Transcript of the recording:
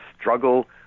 struggle